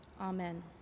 Amen